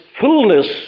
fullness